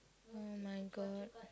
!oh-my-God!